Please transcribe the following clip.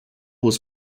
was